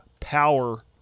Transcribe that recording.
Power